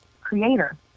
creator